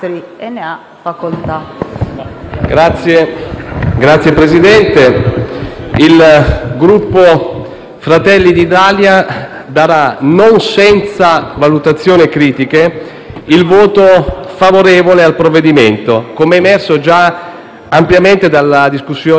Signor Presidente, il Gruppo Fratelli d'Italia esprimerà, non senza valutazioni critiche, il voto favorevole al provvedimento, come è emerso già ampiamente dalla discussione generale di questa mattina.